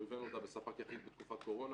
או הבאנו אותה כספק יחיד בתקופת קורונה,